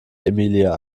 emilia